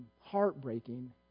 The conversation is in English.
heartbreaking